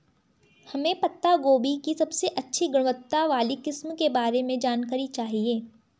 हमें पत्ता गोभी की सबसे अच्छी गुणवत्ता वाली किस्म के बारे में जानकारी चाहिए?